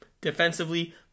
Defensively